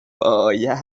باید